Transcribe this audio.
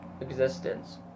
Existence